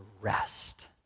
rest